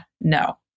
no